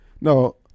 no